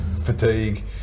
fatigue